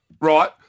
Right